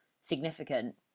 significant